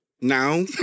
Now